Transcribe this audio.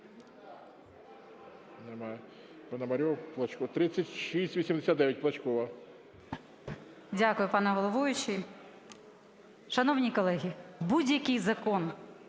Дякую, пане головуючий. Шановні колеги, будь-який закон,